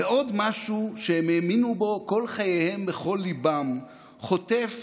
ועוד משהו שהם האמינו בו כל חייהם בכל ליבם חוטף